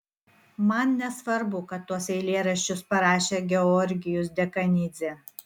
man nesvarbu kad tuos eilėraščius parašė georgijus dekanidzė